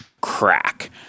crack